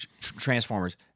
Transformers